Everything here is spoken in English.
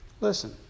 Listen